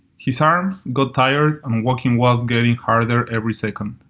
his arms got tired and walking was getting harder every second.